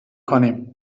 کنیم